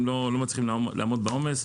לא מצליחים לעמוד בעומס.